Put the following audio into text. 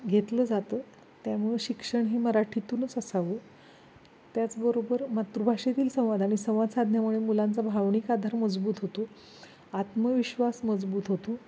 घेतलं जातं त्यामुळे शिक्षण हे मराठीतूनच असावं त्याचबरोबर मातृभाषेतील संवाद आणि संवाद साधण्यामुळे मुलांचा भावनिक आधार मजबूत होतो आत्मविश्वास मजबूत होतो